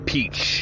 Peach